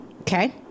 Okay